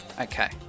Okay